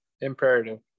imperative